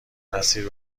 اسیر